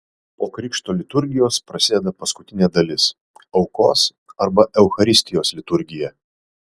po krikšto liturgijos prasideda paskutinė dalis aukos arba eucharistijos liturgija